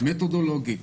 מתודולוגית,